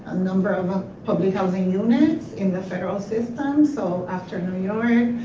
number of ah public housing units in the federal system so after new york.